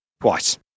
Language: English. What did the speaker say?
Twice